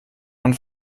man